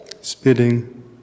spitting